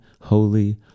Holy